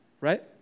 right